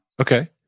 Okay